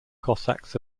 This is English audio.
cossacks